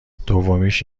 دومیش